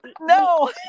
no